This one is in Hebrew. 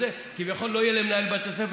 לא יהיה למנהל בית הספר,